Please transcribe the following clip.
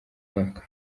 umwaka